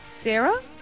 Sarah